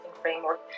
framework